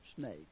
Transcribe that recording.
snake